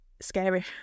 scary